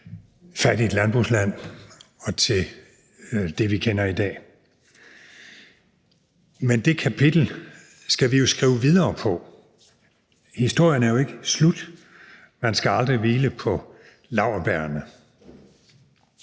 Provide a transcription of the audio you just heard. fattigt landbrugsland og til det, vi kender i dag. Men det kapitel skal vi jo skrive videre på. Historien er jo ikke slut. Man skal aldrig hvile på laurbærrene.